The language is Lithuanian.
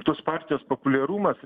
tos partijos populiarumas